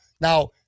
now